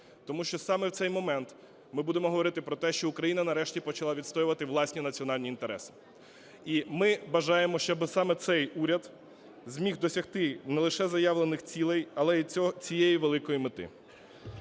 тому що саме в цей момент, ми будемо говорити про те, що Україна нарешті почала відстоювати власні національні інтереси. І ми бажаємо, щоб саме цей уряд зміг досягти не лише заявлених цілей, але й цієї великої мети.